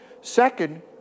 Second